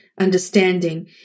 understanding